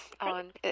on